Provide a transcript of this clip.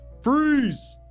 Freeze